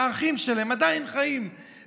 האחים שלהם עדיין חיים,